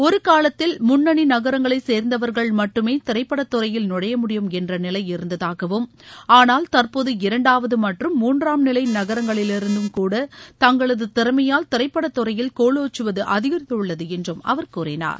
ஒருகாலத்தில் முன்னணி நகரங்களைச் சேர்ந்தவர்கள் மட்டுமே திரைப்படத்துறையில் நுழைய முடியும் என்ற நிலை இருந்ததாகவும் ஆனால் தற்போது இரண்டாவது மற்றும் மூன்றாம் நிலை நகரங்களிலிருந்துகூட தங்களது திறமையால் திரைப்படத்துறையில் கோவோச்சுவது அதிகரித்துள்ளது என்றும் அவர் கூறினார்